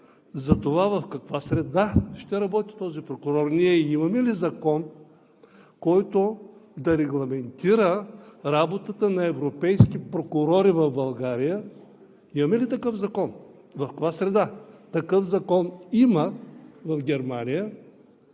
за това в каква среда ще работи този прокурор. Ние имаме ли закон, който да регламентира работата на европейските прокурори в България? Имаме ли такъв закон? В каква среда? Такъв закон има в Германия